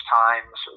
times